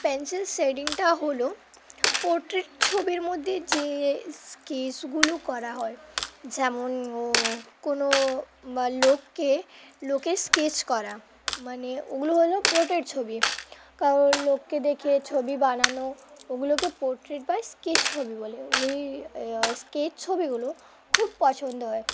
pencil শেডিংটা হলো portrait ছবির মধ্যে যে স্কেচগুলো করা হয় যেমন কোনো বা লোককে লোকের স্কেচ করা মানে ওগুলো হলো পোর্ট্রেট ছবি কারণ লোককে দেখে ছবি বানানো ওগুলোকে পোর্ট্রেট বা স্কেচ ছবি বলে ওই স্কেচ ছবিগুলো খুব পছন্দ হয়